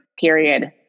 period